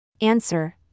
Answer